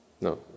no